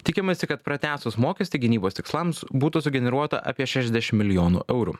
tikimasi kad pratęsus mokestį gynybos tikslams būtų sugeneruota apie šešdešimt milijonų eurų